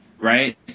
Right